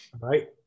Right